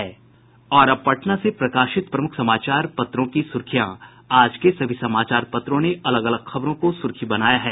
और अब पटना से प्रकाशित प्रमुख समाचार पत्रों की सुर्खियां आज के सभी समाचार पत्रों ने अलग अलग खबरों को सुर्खी बनाया है